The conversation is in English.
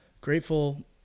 grateful